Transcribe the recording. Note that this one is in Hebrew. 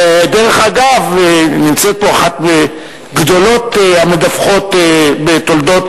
דרך אגב נמצאת פה אחת מגדולות המדווחות בתולדות